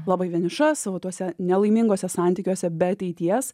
labai vieniša savo tuose nelaiminguose santykiuose be ateities